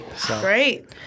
Great